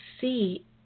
see